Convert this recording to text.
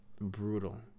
brutal